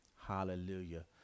hallelujah